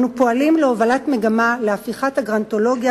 אנו פועלים להובלת מגמה להפיכת הגרנטולוגיה